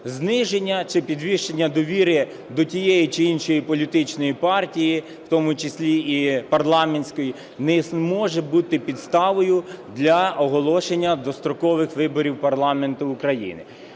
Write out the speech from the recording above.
Зниження чи підвищення довіри до тієї чи іншої політичної партії, в тому числі і парламентської, не може бути підставою для оголошення дострокових виборів парламенту України,